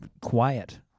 Quiet